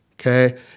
okay